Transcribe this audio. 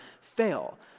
fail